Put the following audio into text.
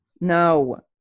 No